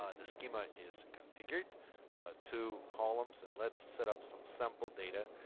ah the schema is configured to columns and let's set up some sample data.